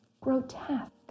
grotesque